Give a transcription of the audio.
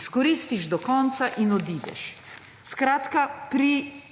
Izkoristiš do konca in odideš. Skratka pri prepovedi